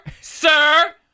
sir